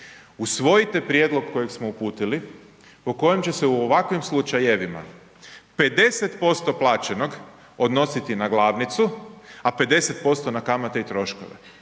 usvojite prijedlog kojeg smo uputili po kojem će se u ovakvim slučajevima 50% plaćenog odnositi a glavnicu a 50% na kamate i troškove.